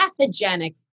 pathogenic